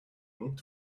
looked